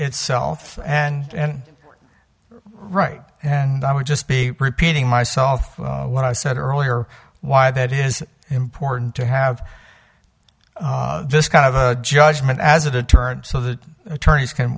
itself and right and i would just be repeating myself what i said earlier why that is important to have this kind of a judgment as a deterrent so that attorneys can